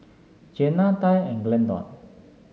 Jeanna Tye and Glendon